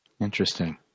Interesting